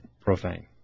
profane